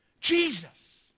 Jesus